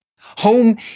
Home